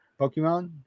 Pokemon